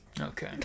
Okay